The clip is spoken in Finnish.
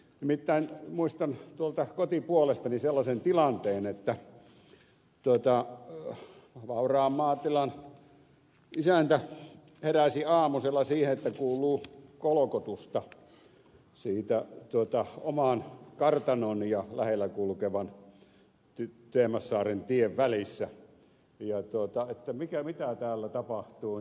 nimittäin muistan tuolta kotipuolestani sellaisen tilanteen että vauraan maatilan isäntä heräsi aamusella siihen että kuuluu kolkotusta oman kartanon ja lähellä kulkevan teemassaarentien välissä että mitä täällä tapahtuu